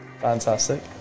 fantastic